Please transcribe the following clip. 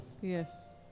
Yes